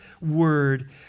word